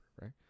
right